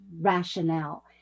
rationale